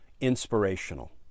inspirational